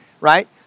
Right